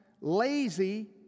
lazy